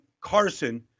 Carson